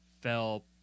fell